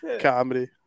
Comedy